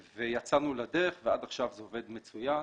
יצאנו לדרך ועד עכשיו זה עובד מצוין.